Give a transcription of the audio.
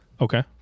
okay